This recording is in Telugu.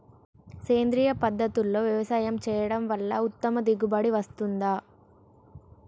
సేంద్రీయ పద్ధతుల్లో వ్యవసాయం చేయడం వల్ల ఉత్తమ దిగుబడి వస్తుందా?